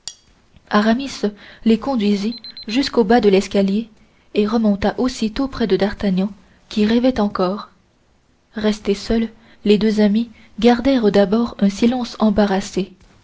aramis les conduisit jusqu'au bas de l'escalier et remonta aussitôt près de d'artagnan qui rêvait encore restés seuls les deux amis gardèrent d'abord un silence embarrassé